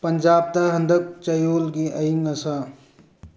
ꯄꯟꯖꯥꯕꯇ ꯍꯟꯗꯛ ꯆꯌꯣꯜꯒꯤ ꯑꯏꯪ ꯑꯁꯥ